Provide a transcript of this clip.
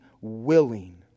willing